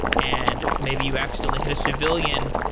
and maybe you accidentally hit a civilian,